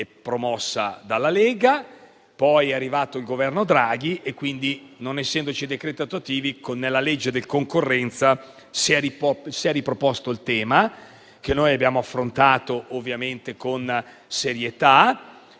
e promossa dalla Lega. Poi è arrivato il Governo Draghi e quindi, non essendoci i decreti attuativi, con la legge di conversione del decreto concorrenza si è riproposto il tema che noi abbiamo affrontato, ovviamente, con serietà.